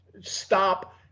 stop